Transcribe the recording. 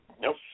Nope